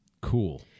cool